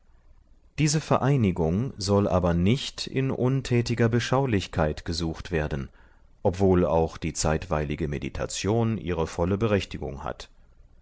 diese vereinigung soll aber nicht in untätiger beschaulichkeit gesucht werden obwohl auch die zeitweilige meditation ihre volle berechtigung hat